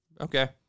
okay